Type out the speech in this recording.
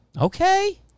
Okay